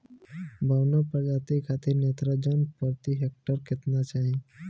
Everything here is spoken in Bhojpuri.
बौना प्रजाति खातिर नेत्रजन प्रति हेक्टेयर केतना चाही?